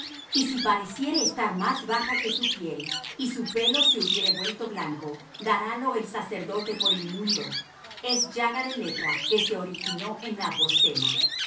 y si pareciere estar más baja que su piel y su pelo se hubiere vuelto blanco darálo el sacerdote por inmundo es llaga de lepra que se originó en la apostema y